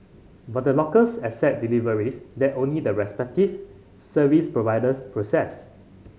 but the lockers accept deliveries that only the respective service providers process